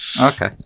Okay